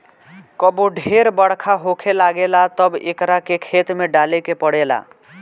कबो ढेर बरखा होखे लागेला तब एकरा के खेत में डाले के पड़ेला